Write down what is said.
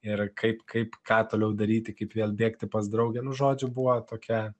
ir kaip kaip ką toliau daryti kaip vėl bėgti pas draugę nu žodžiu buvo tokia